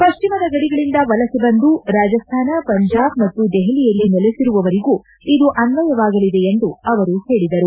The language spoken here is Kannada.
ಪ್ಲಿಮದ ಗಡಿಗಳಿಂದ ವಲಸೆ ಬಂದು ರಾಜಸ್ಥಾನ ಪಂಜಾಬ್ ಮತ್ತು ದೆಹಲಿಯಲ್ಲಿ ನೆಲೆಸಿರುವವರಿಗೂ ಇದು ಅನ್ನಯವಾಗಲಿದೆ ಎಂದು ಅವರು ಹೇಳಿದರು